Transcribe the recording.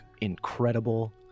incredible